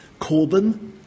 Corbyn